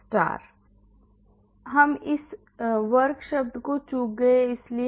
हाँ हम इस वर्ग शब्द को चूक गए इसीलिए